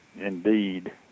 Indeed